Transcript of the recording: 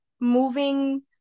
moving